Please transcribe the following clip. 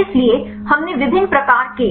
इसलिए हमने विभिन्न प्रकार के